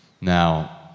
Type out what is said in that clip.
Now